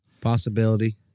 Possibility